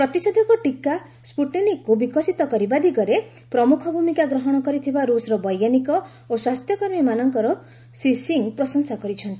ପ୍ରତିଷେଧକ ଟିକା ସ୍କୁଟିନିକ୍କୁ ବିକଶିତ କରିବା ଦିଗରେ ପ୍ରମୁଖ ଭୂମିକା ଗ୍ରହଣ କରିଥିବା ରୁଷର ବୈଜ୍ଞାନିକ ଓ ସ୍ୱାସ୍ଥ୍ୟକର୍ମୀମାନଙ୍କର ଶ୍ରୀ ସିଂ ପ୍ରଶଂସା କରିଛନ୍ତି